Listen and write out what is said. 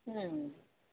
ꯎꯝ